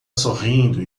sorrindo